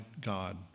God